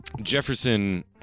Jefferson